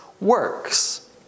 works